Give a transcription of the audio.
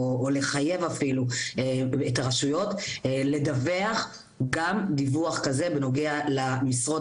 או לחייב אפילו את הרשויות לדווח גם דיווח כזה בנוגע למשרות